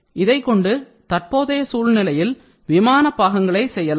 இதைக்கொண்டு தற்போதைய சூழ்நிலையில் விமான பாகங்களை செய்யலாம்